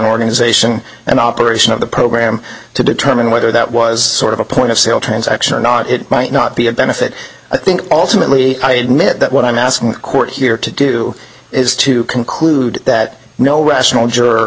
organization and operation of the program to determine whether that was sort of a point of sale transaction or not it might not be a benefit i think also really i admit that what i'm asking the court here to do is to conclude that no rational juror